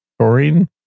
Taurine